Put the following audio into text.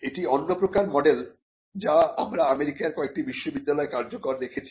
এটি অন্যপ্রকার মডেল যা আমরা আমেরিকার কয়েকটি বিশ্ববিদ্যালয়ে কার্যকর দেখেছি